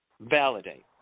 validate